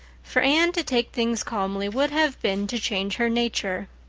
for anne to take things calmly would have been to change her nature.